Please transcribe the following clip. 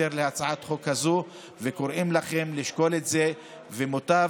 בבוקר וישאלו: מה עשיתם?